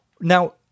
Now